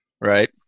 right